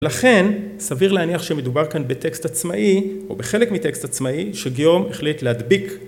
לכן, סביר להניח שמדובר כאן בטקסט עצמאי, או בחלק מטקסט עצמאי, שגיאום החליט להדביק.